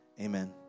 amen